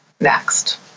next